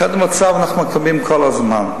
חדר מצב אנחנו מקיימים כל הזמן,